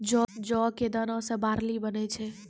जौ कॅ दाना सॅ बार्ली बनै छै